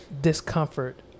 discomfort